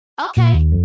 Okay